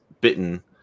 bitten